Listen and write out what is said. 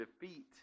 defeat